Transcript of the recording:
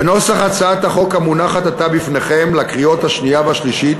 בנוסח הצעת החוק המונחת עתה בפניכם לקריאות השנייה והשלישית